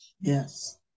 Yes